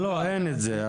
לא, אין את זה.